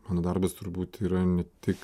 mano darbas turbūt yra ne tik